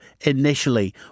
initially